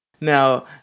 Now